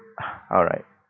alright